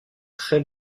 très